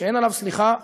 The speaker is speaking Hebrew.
שאין עליו סליחה וכפרה.